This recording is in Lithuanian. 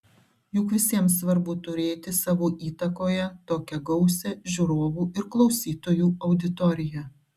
juk visiems svarbu turėti savo įtakoje tokią gausią žiūrovų ir klausytojų auditoriją